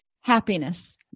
Happiness